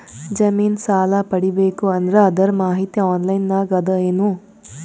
ಜಮಿನ ಸಾಲಾ ಪಡಿಬೇಕು ಅಂದ್ರ ಅದರ ಮಾಹಿತಿ ಆನ್ಲೈನ್ ನಾಗ ಅದ ಏನು?